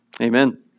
Amen